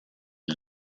and